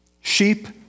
sheep